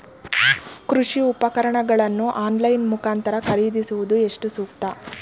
ಕೃಷಿ ಉಪಕರಣಗಳನ್ನು ಆನ್ಲೈನ್ ಮುಖಾಂತರ ಖರೀದಿಸುವುದು ಎಷ್ಟು ಸೂಕ್ತ?